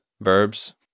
verbs